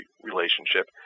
relationship